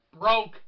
broke